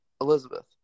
Elizabeth